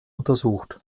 untersucht